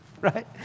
right